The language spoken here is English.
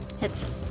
Hits